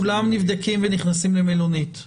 כולם נבדקים ונכנסים למלונית.